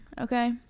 okay